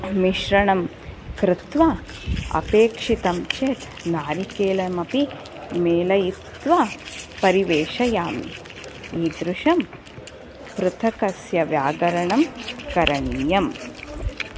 मिश्रणं कृत्वा अपेक्षितं चेत् नारिकेलमपि मेलयित्वा परिवेषयामि ईदृशं पृथुकस्य व्यागरणं करणीयम्